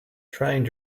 trying